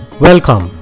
Welcome